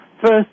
First